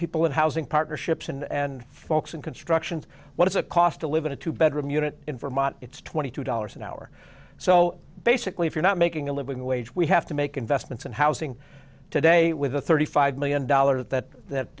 people in housing partnerships and folks in constructions what is a cost to live in a two bedroom unit in vermont it's twenty two dollars an hour so basically if you're not making a living wage we have to make investments and housing today with a thirty five million dollars that